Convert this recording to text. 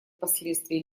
последствий